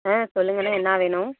ஆ சொல்லுங்கண்ணே என்ன வேணும்